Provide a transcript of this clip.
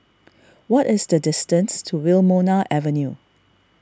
what is the distance to Wilmonar Avenue